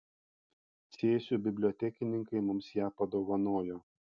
cėsių bibliotekininkai mums ją padovanojo